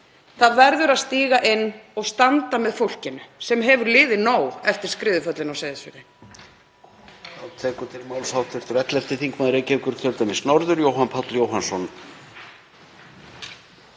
Það verður að stíga inn og standa með fólkinu sem hefur liðið nóg eftir skriðuföllin á Seyðisfirði.